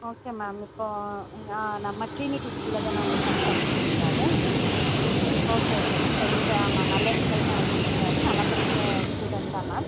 okay ma'am இப்போது நம்ம ஸ்ரீநிதி ஸ்கூலில் தானே உங்கள் சன் படிச்சிட்ருக்கிறாரு ஓகே ஓகே மேம் டென்த்து ஆமாம் நல்ல ரிசல்ட் தான் எடுத்திருக்குறாரு நல்லா படிக்கிற ஸ்டூடண்ட் தான் மேம்